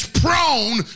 prone